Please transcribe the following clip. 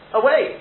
away